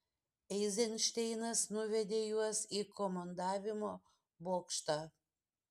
eizenšteinas nuvedė juos į komandavimo bokštą